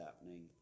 happening